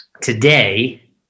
today